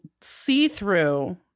see-through